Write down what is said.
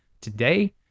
Today